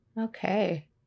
Okay